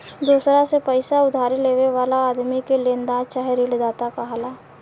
दोसरा से पईसा उधारी लेवे वाला आदमी के लेनदार चाहे ऋणदाता कहाला